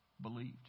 believed